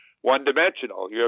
one-dimensional